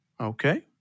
Okay